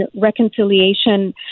reconciliation